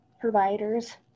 providers